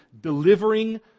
delivering